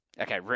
Okay